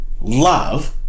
love